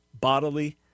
bodily